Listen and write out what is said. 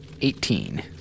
Eighteen